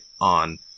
on